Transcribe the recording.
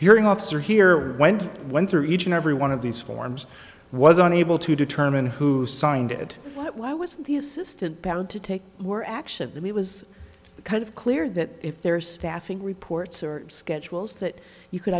hearing officer here went one through each and every one of these forms was unable to determine who signed it why was the assistant bound to take were action that he was kind of clear that if there are staffing reports or schedules that you could